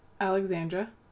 Alexandra